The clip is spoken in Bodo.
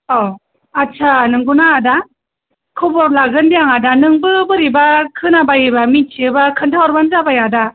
औ आदसा नंगौना आदा खबर लागोन दे आं आदा नोंबो बोरैबा खोनाबायोबा मिथियोबा खोन्था हरबानो जाबाय आदा